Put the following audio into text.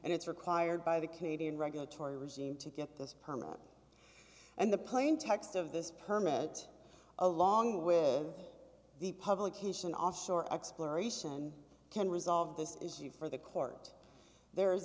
and it's required by the canadian regulatory regime to get this permanent and the plain text of this permit along with the publication offshore exploration can resolve this issue for the court there is